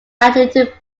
magnitude